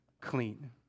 clean